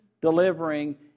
delivering